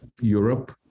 Europe